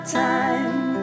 time